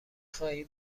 خواهی